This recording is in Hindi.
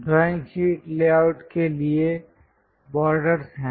ड्राइंग शीट लेआउट के लिए पहला बॉर्डर्स Borders" है